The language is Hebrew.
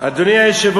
עכשיו, אדוני היושב-ראש,